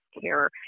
care